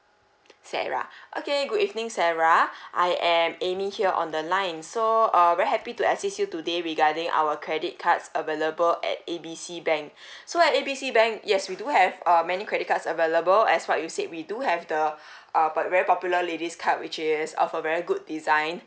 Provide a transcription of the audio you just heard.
sarah okay good evening sarah I am amy here on the line so uh very happy to assist you today regarding our credit cards available at A B C bank so at A B C bank yes we do have uh many credit cards available as what you said we do have the uh pop very popular ladies card which is of a very good design